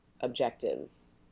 objectives